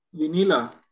Vinila